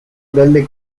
delle